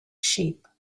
sheep